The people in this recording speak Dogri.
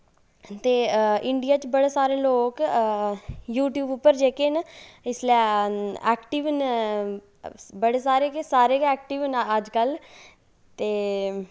ते इंडिया च बड़े सारे लोक यूट्यूब उप्पर जेह्के न इसलै ऐक्टिव न बड़े सारे केह् सारे गै ऐक्टिव न अजकल ते